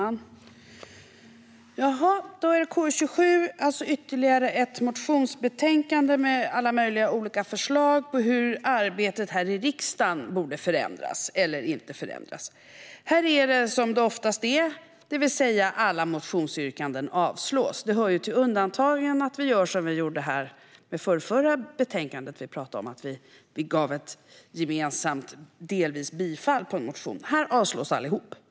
Fru talman! Vi behandlar alltså betänkande KU27, vilket är ytterligare ett motionsbetänkande med alla möjliga olika förslag på hur arbetet här i riksdagen borde förändras eller inte förändras. Här är det som det oftast är, det vill säga att alla motionsyrkanden föreslås avslås. Det hör ju till undantagen att vi gör som vi gjorde med det förrförra betänkande vi talade om, där vi gemensamt föreslog delvist bifall till en motion. I detta betänkande föreslås allihop avslås.